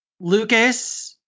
Lucas